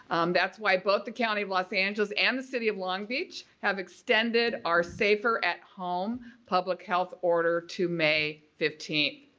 that's why both the county of los angeles and the city of long beach have extended our safer at home public health order to may fifteenth.